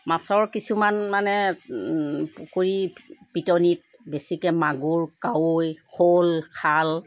মাছৰ কিছুমান মানে পুখুৰী পিটনীত বেছিকৈ মাগুৰ কাৱৈ শ'ল শাল